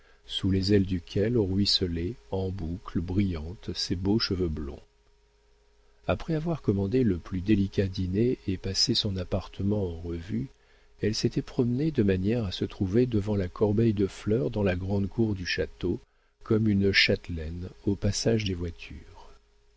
sous les ailes duquel ruisselaient en boucles brillantes ses beaux cheveux blonds après avoir commandé le plus délicat dîner et passé son appartement en revue elle s'était promenée de manière à se trouver devant la corbeille de fleurs dans la grande cour du château comme une châtelaine au passage des voitures